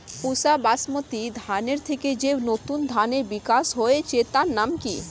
পুসা বাসমতি ধানের থেকে যে নতুন ধানের বিকাশ হয়েছে তার নাম কি?